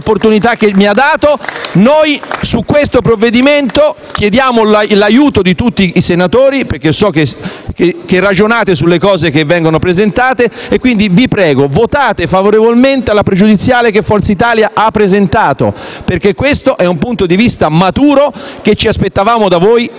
Noi su questo provvedimento chiediamo l'aiuto di tutti i senatori, perché so che ragionate sulle cose che vengono presentate: vi prego, votate favorevolmente sulla pregiudiziale che Forza Italia ha presentato perché è il punto di vista maturo che ci aspettavamo da voi e non